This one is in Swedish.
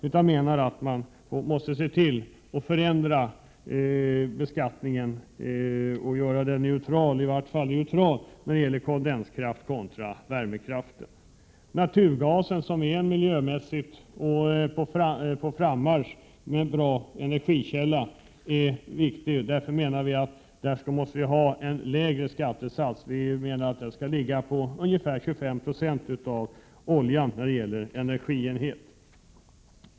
Vi menar att man måste se till att förändra beskattningen och göra den neutral, i varje fall när det gäller kondenskraft kontra värmekraft. Naturgasen är en bra, viktig och miljömässig energikälla som är på frammarsch. Vi måste därför ha en lägre skattesats på det området. Den bör ligga på ungefär 25 96 av oljans per energienhet.